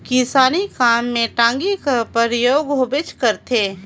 किसानी काम मे टागी कर परियोग होबे करथे